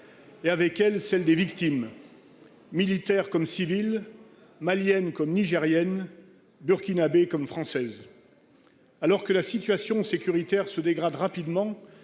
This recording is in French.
et avec elle, celle des victimes, militaires comme civiles, maliennes comme nigériennes, burkinabè comme françaises. Alors que la situation sécuritaire se dégrade rapidement